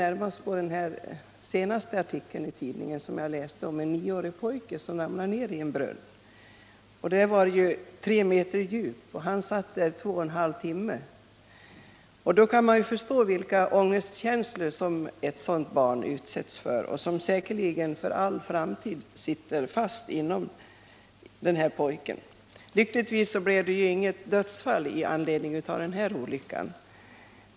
Senast läste jag i tidningen en artikel om en nioårig pojke, som ramlade ner i en tre meter djup brunn. Han satt fastklämd i två och en halv timmar. Man kan förstå vilka ångestkänslor ett sådant barn utsätts för. De finns säkerligen kvar för all framtid inom denne pojke. Lyckligtvis blev det inget dödsfall med anledning av denna olycka.